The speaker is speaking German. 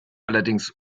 allerdings